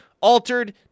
altered